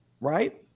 Right